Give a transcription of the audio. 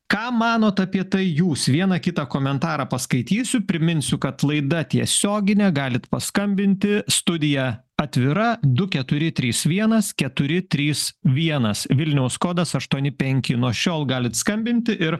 ką manot apie tai jūs vieną kitą komentarą paskaitysiu priminsiu kad laida tiesioginė galit paskambinti studija atvira du keturi trys vienas keturi trys vienas vilniaus kodas aštuoni penki nuo šiol galit skambinti ir